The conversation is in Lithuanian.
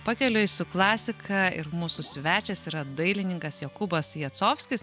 pakeliui su klasika ir mūsų svečias yra dailininkas jokūbas jacovskis